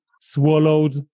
swallowed